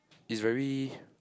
is very